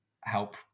help